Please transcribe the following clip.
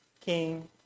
king